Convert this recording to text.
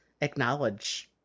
acknowledge